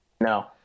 No